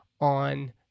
on